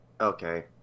Okay